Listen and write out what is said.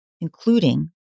including